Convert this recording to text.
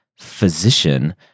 physician